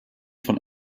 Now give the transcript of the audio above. von